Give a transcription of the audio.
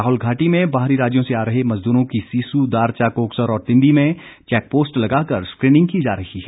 लाहौल घाटी में बाहरी राज्यों से आ रहे मजदूरों की सिस्सू दारचा कोकसर और तिंदी में चैकपोस्ट लगाकर स्क्रीनिंग की जा रही है